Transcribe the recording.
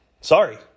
Sorry